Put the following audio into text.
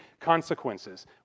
consequences